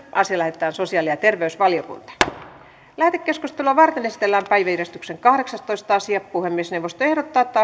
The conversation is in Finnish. asia lähetetään sosiaali ja terveysvaliokuntaan lähetekeskustelua varten esitellään päiväjärjestyksen kahdeksastoista asia puhemiesneuvosto ehdottaa että